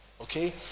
Okay